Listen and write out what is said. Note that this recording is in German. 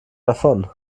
davon